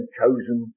chosen